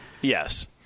Yes